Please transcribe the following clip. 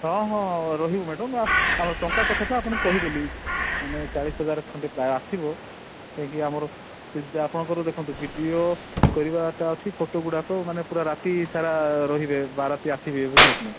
ହଁ ହଁ ରହିବୁ ମ୍ୟାଡ଼ାମ୍ ଆଉ ଟଙ୍କା କଥାଟା ଆପଣଙ୍କୁ କହିଦେଲି ମାନେ ଚାଳିଶି ହଜାର ଖଣ୍ଡେ ପ୍ରାୟ ଆସିବ ଯାଇକି ଆମର ଆପଣଙ୍କର ଦେଖନ୍ତୁ ଭିଡ଼ିଓ କରିବାଟା ଅଛି ଫଟୋ ଗୁଡ଼ାକ ମାନେ ପୁରା ରାତିସାରା ରହିବେ ବା ରାତି ଆସିବେ ବୁଝିଲେ କି ନାଇ